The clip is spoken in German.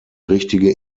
richtige